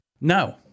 No